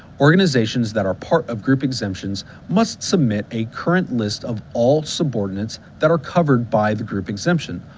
organizations that are part of group exemptions must submit a current list of all subordinates that are covered by the group exemption,